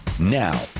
Now